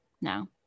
Now